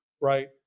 right